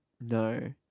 no